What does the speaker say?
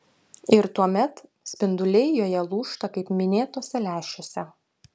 ir tuomet spinduliai joje lūžta kaip minėtuose lęšiuose